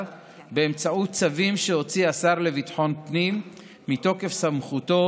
באמצעות צווים שהוציא השר לביטחון פנים מתוקף סמכותו,